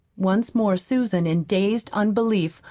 once more susan, in dazed unbelief,